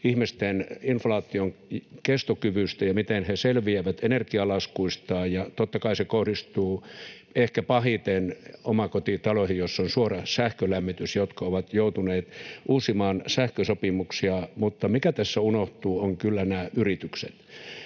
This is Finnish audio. ihmisten inflaationkestokyvystä ja siitä, miten he selviävät energialaskuistaan, ja totta kai se kohdistuu ehkä pahiten omakotitaloihin, joissa on suora sähkölämmitys ja jotka ovat joutuneet uusimaan sähkösopimuksiaan, mutta mikä tässä unohtuu, on kyllä yritykset.